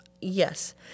Yes